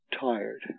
tired